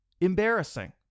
Embarrassing